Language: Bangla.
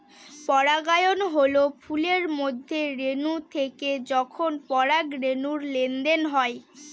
পরাগায়ন হল ফুলের মধ্যে রেনু থেকে যখন পরাগরেনুর লেনদেন হয়